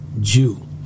Jew